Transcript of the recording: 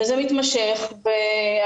לכן אני שואל אותך ולדימיר.